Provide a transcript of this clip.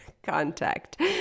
contact